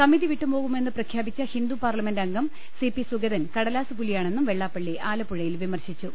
സമിതി വിട്ടുപോകുമെന്ന് പ്രഖ്യാപിച്ച ഹിന്ദു പാർലമെന്റ് അംഗം സി പി സുഗതൻ കടലാസ് പുലിയാണെന്നും വെള്ളാപ്പള്ളി ആലപ്പുഴയിൽ വിമർശിച്ചു